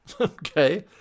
Okay